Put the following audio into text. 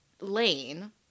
lane